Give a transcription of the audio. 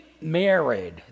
married